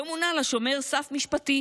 לא מונה לה שומר סף משפטי